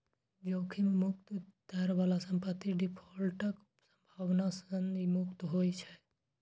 जोखिम मुक्त दर बला संपत्ति डिफॉल्टक संभावना सं मुक्त होइ छै